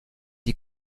die